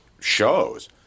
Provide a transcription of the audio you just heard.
Shows